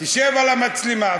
שתשב על המצלמה,